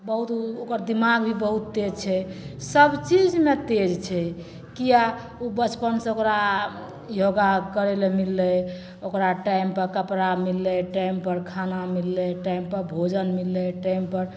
ओकर दिमाग भी बहुत तेज छै सब चीजमे तेज छै किए ओ बचपनसँ ओकरा योगा करै लए मिललै ओकरा टाइमपर कपड़ा मिललै टाइमपर खाना मिललै टाइमपर भोजन मिललै टाइमपर